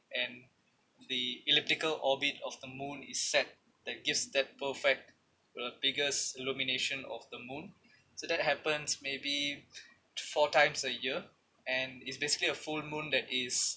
and the elliptical orbit of the moon is set that gives that perfect the biggest illumination of the moon so that happens maybe four times a year and it's basically a full moon that is